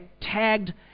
tagged